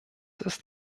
ist